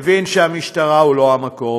מבין שהמשטרה היא לא המקור.